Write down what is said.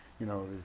you know,